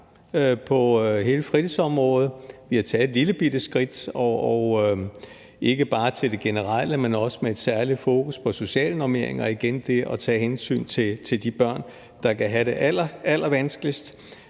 på hele fritidsområdet. Vi har taget et lillebitte skridt ikke bare med hensyn til det generelle, men også med et særligt fokus på socialnormeringer, og det er igen det at tage hensyn til de børn, der kan have det allerallervanskeligst.